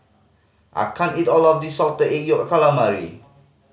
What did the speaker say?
I can't eat all of this Salted Egg Yolk Calamari